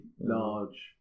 large